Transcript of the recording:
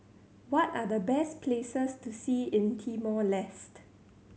what are the best places to see in Timor Leste